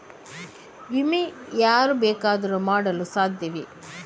ವಿಮೆ ಯಾರು ಬೇಕಾದರೂ ಮಾಡಲು ಸಾಧ್ಯವೇ?